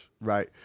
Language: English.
right